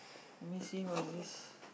let me see what is this